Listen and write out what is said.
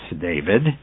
David